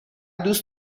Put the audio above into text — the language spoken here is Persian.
دوست